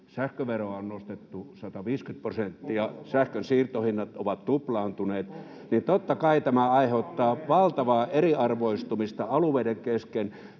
sähköveroa on nostettu 150 prosenttia, sähkönsiirtohinnat ovat tuplaantuneet, niin totta kai tämä aiheuttaa valtavaa eriarvoistumista alueiden kesken.